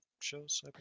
shows